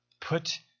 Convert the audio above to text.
Put